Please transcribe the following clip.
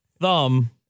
thumb